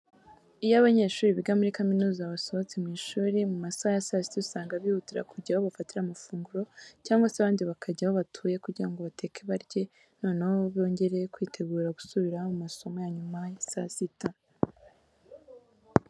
Iyo abanyeshuri biga muri kaminuza basohotse mu ishuri mu masaha ya saa sita usanga bihutira kujya aho bafatira amafunguro cyangwa se abandi bakajya aho batuye kugira ngo bateke barye noneho bongere kwitegura gusubira mu masomo ya nyuma ya saa sita.